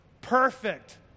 perfect